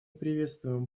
приветствуем